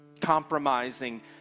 compromising